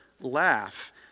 laugh